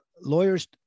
lawyers